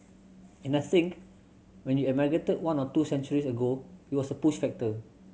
and I think when you emigrated one or two centuries ago it was a push factor